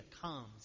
comes